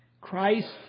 Christ